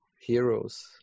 heroes